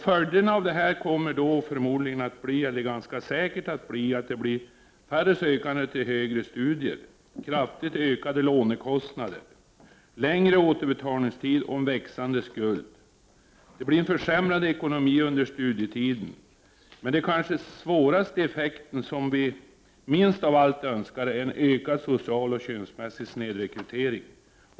Följden av det här kommer förmodligen att bli färre sökande till högre studier, kraftigt ökade lånekostnader, längre återbetalningstid och växande skuld och försämrad ekonomi under studietiden. Den kanske svåraste effekten, som vi minst av allt önskar, är en ökad social och könsmässig snedrekrytering.